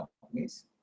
companies